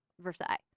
Versailles